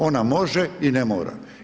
Ona može i ne mora.